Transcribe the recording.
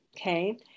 okay